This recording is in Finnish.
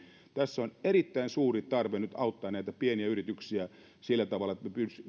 tässä on erittäin suuri tarve nyt auttaa näitä pieniä yrityksiä sillä tavalla että me